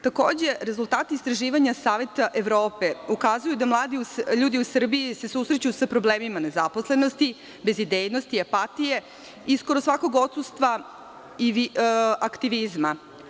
Takođe, rezultati istraživanja Saveta Evrope ukazuju da mladi ljudi u Srbiji se susreću sa problemima nezaposlenosti, bezidejnosti, apatije i skoro svakog odsustva aktivizma.